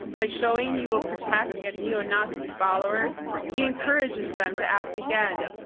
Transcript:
by showing he will protect his neo-nazi followers, he encourages them to act again,